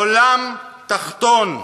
עולם תחתון"?